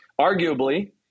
arguably